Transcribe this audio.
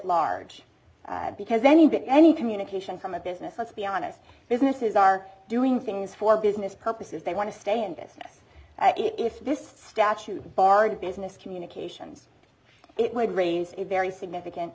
large because then you get any communication from a business let's be honest businesses are doing things for business purposes they want to stay in business if this statute barred business communications it would raise a very significant